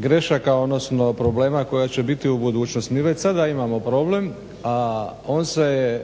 grešaka, odnosno problema kojih će biti u budućnosti. Mi već sada imamo problem, a on se